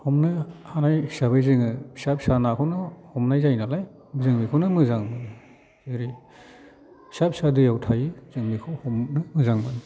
हमनो हानाय हिसाबै जोङो फिसा फिसा नाखौनो हमनाय जायो नालाय जों बेखौनो मोजां ओरै फिसा फिसा दैयाव थायो जों बेखौ हमनो मोजां मोनो